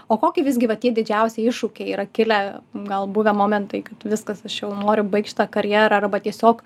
o kokie visgi va tie didžiausi iššūkiai yra kilę gal buvę momentai kai tu viskas aš jau noriu baigt šitą karjerą arba tiesiog